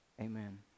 amen